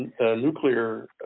nuclear